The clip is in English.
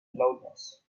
loudness